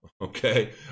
okay